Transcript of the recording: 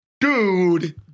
Dude